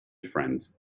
friends